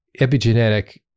epigenetic